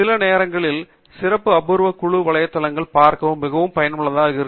சில நேரங்களில் சிறப்பு ஆர்வ குழு வலைத்தளங்களை பார்க்க மிகவும் பயனுள்ளதாக இருக்கும்